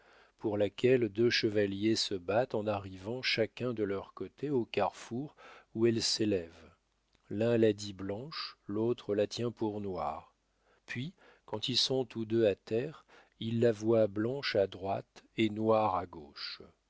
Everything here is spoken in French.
pour laquelle deux chevaliers se battent en arrivant chacun de leur côté au carrefour où elle s'élève l'un la dit blanche l'autre la tient pour noire puis quand ils sont tous deux à terre ils la voient blanche à droite et noire à gauche